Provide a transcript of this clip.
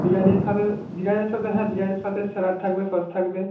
বিরিয়ানির সাথে বিরিয়ানির সাথে হ্যাঁ বিরিয়ানির সাথে স্যালাড থাকবে সস থাকবে